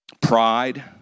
pride